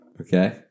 Okay